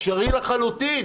אפשרי לחלוטין,